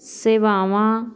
ਸੇਵਾਵਾਂ